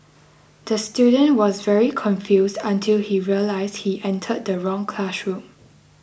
the student was very confused until he realised he entered the wrong classroom